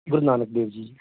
ਗੁਰੂ ਨਾਨਕ ਦੇਵ ਜੀ